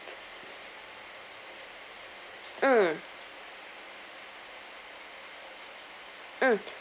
mm mm